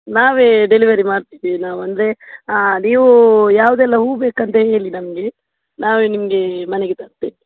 ನಾವೇ ಡೆಲಿವರಿ ಮಾಡ್ತಿದ್ದೇವೆ ನಾವು ಅಂದರೆ ನೀವು ಯಾವುದೆಲ್ಲ ಹೂ ಬೇಕಂತ ಹೇಳಿ ನಮಗೆ ನಾವೇ ನಿಮಗೆ ಮನೆಗೆ ತರ್ತೇವೆ